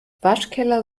waschkeller